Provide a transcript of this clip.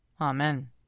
Amen